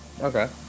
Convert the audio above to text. Okay